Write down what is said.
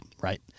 right